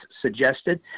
suggested